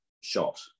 shot